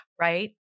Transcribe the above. right